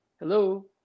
Hello